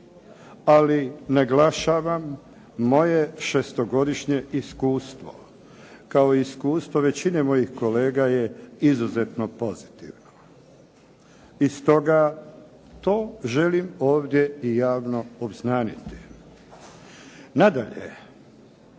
Ali naglašavam moje šestogodišnje iskustvo kao iskustvo većine mojih kolega je izuzetno pozitivno. I stoga to želim ovdje i javno obznaniti. Nadalje,